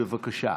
בבקשה.